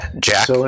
Jack